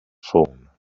phone